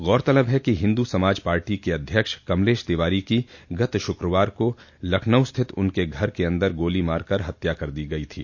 गौरतलब है कि हिन्दू समाज पार्टी के अध्यक्ष कमलेश तिवारी की गत शुक्रवार को लखनऊ स्थित उनके घर के अंदर गोली मारकर हत्या कर दी गई थी